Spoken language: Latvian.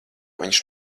viņš